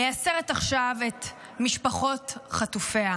מייסרת עכשיו את משפחות חטופיה.